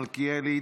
מיכאל מלכיאלי,